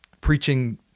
preaching